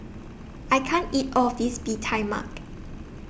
I can't eat All of This Bee Tai Mak